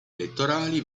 elettorali